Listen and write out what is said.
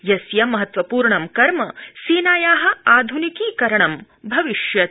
यस्य महत्वपूर्ण कर्म सेनाया आधुनिकीकरणं भविष्यति